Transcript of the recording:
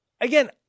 Again